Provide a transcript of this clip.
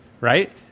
right